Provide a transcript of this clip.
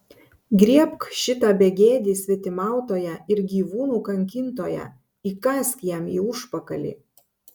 griebk šitą begėdį svetimautoją ir gyvūnų kankintoją įkąsk jam į užpakalį